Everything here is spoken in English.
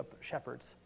shepherds